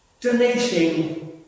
donating